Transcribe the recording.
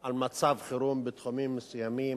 על מצב חירום בתחומים מסוימים,